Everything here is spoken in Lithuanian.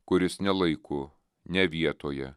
kuris ne laiku ne vietoje